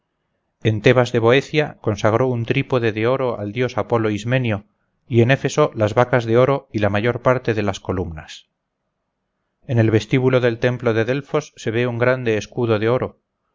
en thebas de beocia consagró un trípode de oro al dios apolo ismenio y en éfeso las vacas de oro y la mayor parte de las columnas en el vestíbulo del templo de delfos se ve un grande escudo de oro